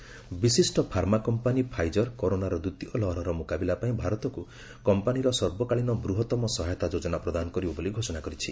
Pfizer ବିଶିଷ୍ଟ pharma company Pfizer କରୋନାର ଦ୍ୱିତୀୟ ଲହରର ମୁକାବିଲା ପାଇଁ ଭାରତକୁ କମ୍ପାନୀର ସର୍ବକାଳୀନ ବୃହତ୍ତମ ସହାୟତା ଯୋଜନା ପ୍ରଦାନ କରିବ ବୋଲି ଘୋଷଣା କରିଛି